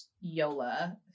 Yola